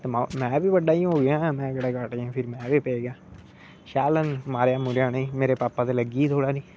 ते में बी बड़ा ही हो गेआ हा में केह्ड़ा घट्ट ही फिर में बी पेए गया सैल उंहे मारेआ मोरेआ उंहेगी मेरे पापा गी लग्गी ही थोह़ा नी